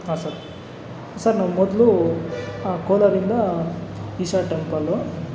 ಹಾಂ sir sir ನಾವು ಮೊದಲು ಕೋಲಾರಿಂದ ಈಶ್ವರ ಟೆಂಪಲ್ಲು